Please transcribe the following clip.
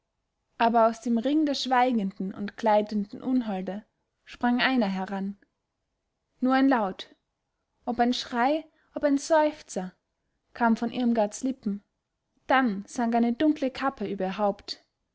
aber aus dem ring der schweigenden und gleitenden unholde sprang einer heran nur ein laut ob ein schrei ob ein seufzer kam von irmgards lippen dann sank eine dunkle kappe